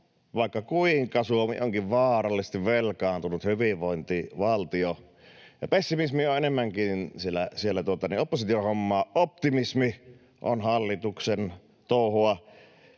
vaikka kuinka Suomi onkin vaarallisesti velkaantunut hyvinvointivaltio. Pessimismi on enemmänkin opposition hommaa. Optimismi on hallituksen touhua,